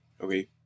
Okay